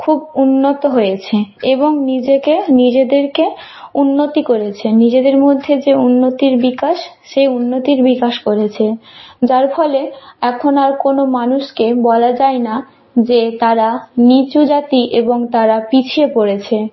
খুব উন্নত হয়েছে এবং নিজেকে নিজেদেরকে উন্নতি করেছে নিজেদের মধ্যে যে উন্নতির বিকাশ সেই উন্নতির বিকাশ করেছে যার ফলে এখন আর কোনো মানুষকে বলা যায় না যে তারা নিচু জাতি এবং তারা পিছিয়ে পড়েছে